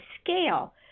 scale